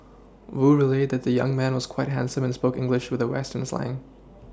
Wu relayed that the young man was quite handsome and spoke English with the Western slang